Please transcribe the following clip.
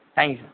thank you sir